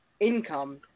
income